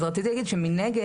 אז רציתי להגיד שמנגד,